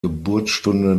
geburtsstunde